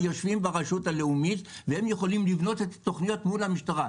יושבים ברשות הלאומית והם יכולים לבנות את התוכניות מול המשטרה,